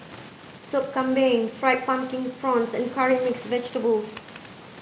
Sop Kambing fried pumpkin prawns and curry mixed vegetables